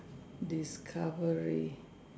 discovery